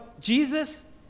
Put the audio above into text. Jesus